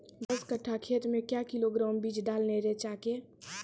दस कट्ठा खेत मे क्या किलोग्राम बीज डालने रिचा के?